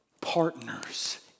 partners